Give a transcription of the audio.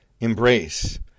embrace